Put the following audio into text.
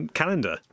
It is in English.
calendar